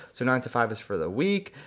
so nine to five is for the week,